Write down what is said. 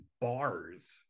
bars